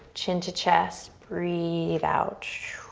chin to chest, breathe out.